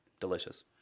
delicious